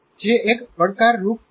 જે એક પડકાર રૂપ હશે